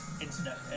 internet